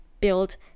build